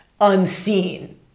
unseen